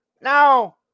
Now